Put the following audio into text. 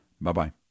Bye-bye